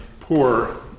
poor